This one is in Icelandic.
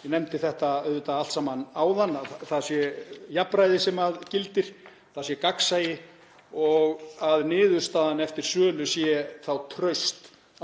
Ég nefndi þetta allt saman áðan, að það sé jafnræði sem gildir, að það sé gagnsæi og að niðurstaðan eftir sölu sé þá